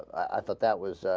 i thought that was ah.